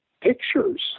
pictures